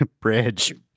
Bridge